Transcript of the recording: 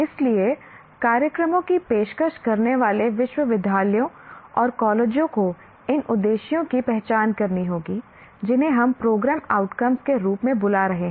इसलिए कार्यक्रमों की पेशकश करने वाले विश्वविद्यालयों और कॉलेजों को इन उद्देश्यों की पहचान करनी होगी जिन्हें हम प्रोग्राम आउटकम्स के रूप में बुला रहे हैं